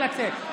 לצאת.